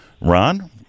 Ron